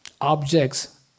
objects